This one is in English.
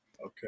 okay